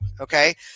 okay